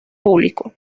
público